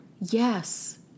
Yes